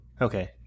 okay